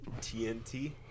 TNT